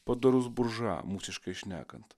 padorus buržua mūsiškai šnekant